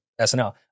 SNL